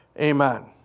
Amen